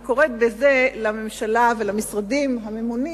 אני קוראת בזה לממשלה ולמשרדים הממונים